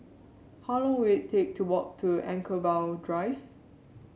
how long will it take to walk to Anchorvale Drive